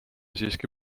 siiski